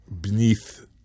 beneath